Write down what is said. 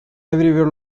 everywhere